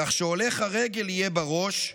כך שהולך הרגל יהיה בראש,